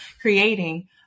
creating